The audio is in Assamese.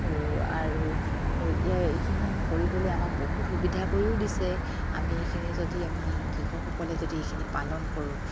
আৰু এইখিনি আমাৰ কৰিবলে আমাক বহুত সুবিধা কৰিও দিছে আমি এইখিনি যদি আমি কৃষকসকলে যদি এইখিনি পালন কৰোঁ